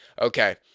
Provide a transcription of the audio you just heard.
okay